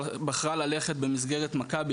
ובחרה ללכת במסגרת מכבי,